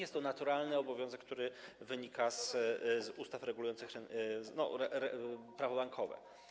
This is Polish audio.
Jest to naturalny obowiązek, który wynika z ustaw regulujących prawo bankowe.